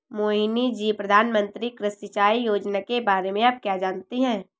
मोहिनी जी, प्रधानमंत्री कृषि सिंचाई योजना के बारे में आप क्या जानती हैं?